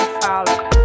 follow